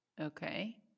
Okay